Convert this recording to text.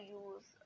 use